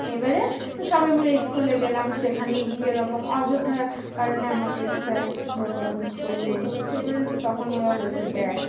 এবারে সবাই মিলে স্কুলে গেলাম সেখানে গিয়ে ওরকম অযথা কারণে আমাকে স্যার বকা বকি করলেন এবারে তখন ওরাও বলছে দেখ